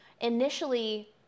Initially